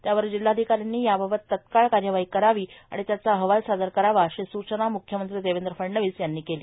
त्यावर जिल्हाधिकाऱ्यांनी याबाबत तत्काळ कार्यवाही करावी आणि त्याचा अहवाल सादर करावा अशी सूचना म्ख्यमंत्री देवेंद्र फडणवीस यांनी केली